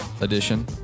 Edition